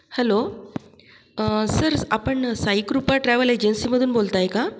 hello sir आपण Saikrupa travel एजन्सीमधून बोलताय का